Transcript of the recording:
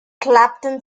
clapton